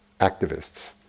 activists